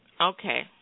Okay